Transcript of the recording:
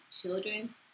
children